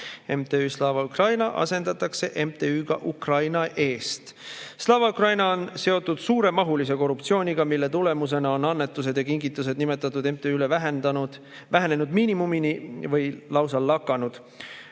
MTÜ Slava Ukraini asendatakse MTÜ-ga Ukraina Eest. Slava Ukraini on seotud suuremahulise korruptsiooniga, mille tõttu on annetuste ja kingituste tegemine nimetatud MTÜ-le vähenenud miinimumini või lausa lakanud.